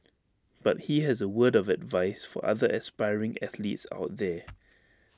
but he has A word of advice for other aspiring athletes out there